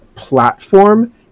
platform